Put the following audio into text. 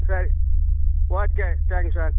சரி okay thanks sir